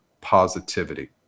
positivity